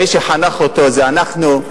מי שחנך אותו זה אנחנו.